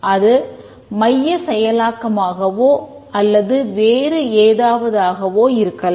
அது மைய செயலாக்கமாகவோ அல்லது வேறு ஏதாவதாகவோ இருக்கலாம்